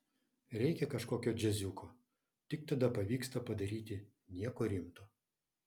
reikia kažkokio džiaziuko tik tada pavyksta padaryti nieko rimto